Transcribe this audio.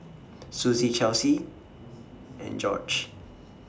Suzie Chelsea and Jorge